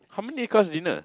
how many cost dinner